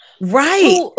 Right